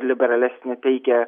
liberalesnė teikia